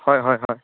হয় হয় হয়